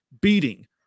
beating